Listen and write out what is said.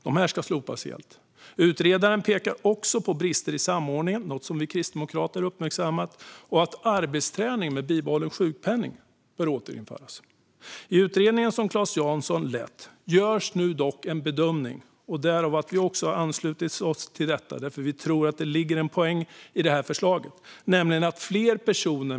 De bör slopas helt. Utredaren pekar också på brister i samordningen, vilket är något som vi kristdemokrater har uppmärksammat, och på att arbetsträning med bibehållen sjukpenning bör återinföras. I den utredning som Claes Jansson lett görs dock en bedömning som är anledningen till att vi har anslutit oss till detta. Vi tror nämligen att det ligger en poäng i det här förslaget.